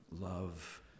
love